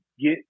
get